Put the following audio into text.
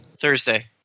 Thursday